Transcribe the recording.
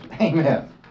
Amen